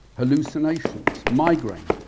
hallucinations, migraine,